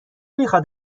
میخاد